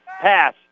pass